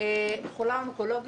חולה אונקולוגית.